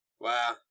Wow